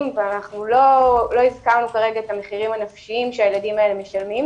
ולא הזכרנו את המחירים הנפשיים שהילדים האלה משלמים,